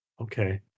okay